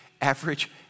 average